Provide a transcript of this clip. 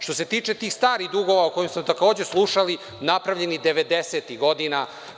Što se tiče tih starih dugova o kojima smo takođe slušali, napravljen je 90-ih godina.